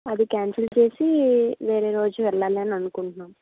అది క్యాన్సల్ చేసి వేరే రోజు వెళ్ళాలని అనుకుంటున్నాం